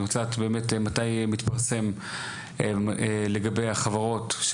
אני רוצה לדעת באמת מתי מתפרסם לגבי החברות?